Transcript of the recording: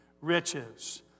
riches